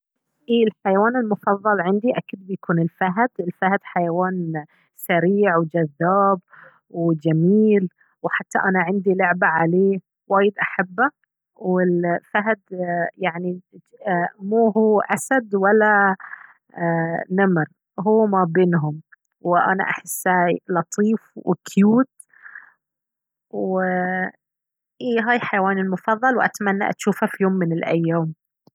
اي الحيوان المفضل عندي أكيد بيكون الفهد، الفهد حيوان سريع وجذاب وجميل وحتى أنا عندي لعبة عليه وايد أحبه والفهد يعني مو هو أسد ولا نمر هو ما بينهم وأنا أحسه لطيف وكيوت واي هاي حيوان المفضل وأتمنى أتشوفه في يوم من الأيام